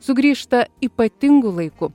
sugrįžta ypatingu laiku